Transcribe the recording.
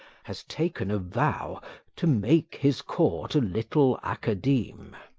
has taken a vow to make his court a little academe,